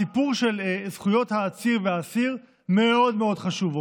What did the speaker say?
הסיפור של זכויות העציר והאסיר מאוד מאוד חשוב.